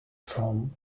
from